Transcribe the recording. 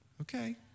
Okay